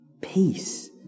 peace